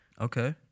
Okay